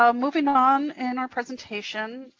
um moving on in our presentation.